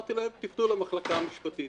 אמרתי להם תפנו למחלקה המשפטית.